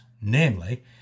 namely